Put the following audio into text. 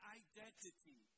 identity